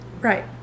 Right